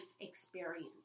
experience